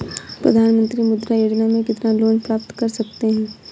प्रधानमंत्री मुद्रा योजना में कितना लोंन प्राप्त कर सकते हैं?